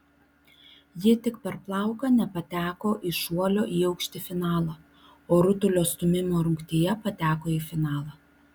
ji tik per plauką nepateko į šuolio į aukštį finalą o rutulio stūmimo rungtyje pateko į finalą